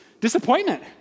disappointment